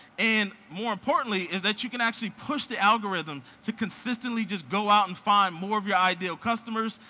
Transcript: and more importantly is that you can actually push the algorithm to consistently just go out and find more of your ideal customers,